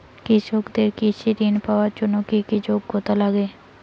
কৃষকদের কৃষি ঋণ পাওয়ার জন্য কী কী যোগ্যতা লাগে?